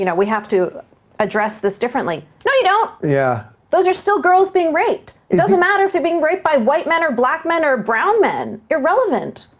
you know we have to address this differently. no you don't! yeah those are still girls being raped. doesn't matter if they're being raped by white men, or black men, or brown men. irrelevant.